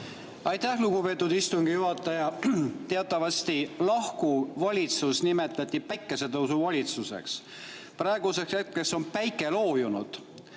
Aitäh, lugupeetud istungi juhataja! Teatavasti lahkuv valitsus nimetati päikesetõusu valitsuseks. Praeguseks hetkeks on päike loojunud.